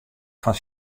fan